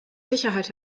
sicherheit